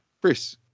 Chris